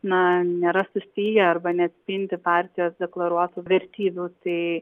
na nėra susiję arba neatspindi partijos deklaruotų vertybių tai